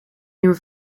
nieuwe